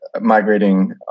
migrating